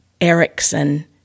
Erickson